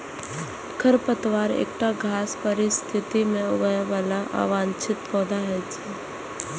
खरपतवार एकटा खास परिस्थिति मे उगय बला अवांछित पौधा होइ छै